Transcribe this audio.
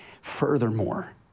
Furthermore